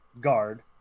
guard